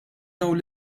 dawn